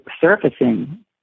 surfacing